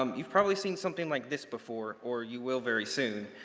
um you've probably seen something like this before or you will very soon.